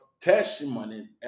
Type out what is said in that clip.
testimony